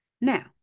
now